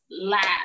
laugh